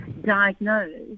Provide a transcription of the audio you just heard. diagnosed